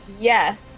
Yes